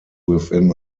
within